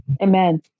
Amen